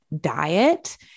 diet